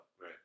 Right